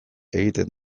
egiten